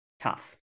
tough